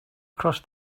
cross